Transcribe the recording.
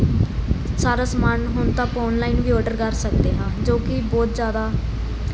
ਸਾਰਾ ਸਮਾਨ ਹੁਣ ਤਾਂ ਆਪਾਂ ਔਨਲਾਈਨ ਵੀ ਆਰਡਰ ਕਰ ਸਕਦੇ ਹਾਂ ਜੋ ਕਿ ਬਹੁਤ ਜ਼ਿਆਦਾ